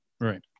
Right